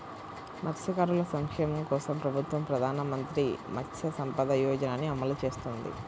మత్స్యకారుల సంక్షేమం కోసం ప్రభుత్వం ప్రధాన మంత్రి మత్స్య సంపద యోజనని అమలు చేస్తోంది